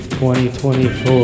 2024